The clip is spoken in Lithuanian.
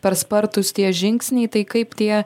per spartūs tie žingsniai tai kaip tie